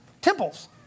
temples